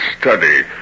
study